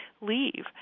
leave